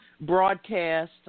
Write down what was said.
broadcast